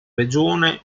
regione